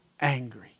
angry